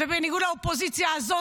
ובניגוד לאופוזיציה הזו,